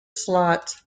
slot